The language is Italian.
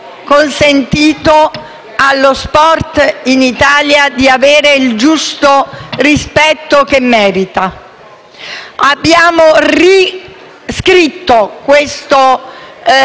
consentito allo sport in Italia di avere il giusto rispetto che merita. Abbiamo riscritto il documento